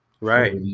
Right